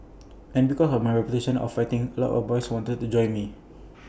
and because of my reputation of fighting A lot of boys wanted to join me